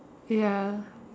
ya